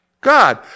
God